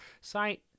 site